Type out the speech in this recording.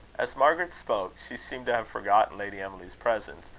as margaret spoke, she seemed to have forgotten lady emily's presence,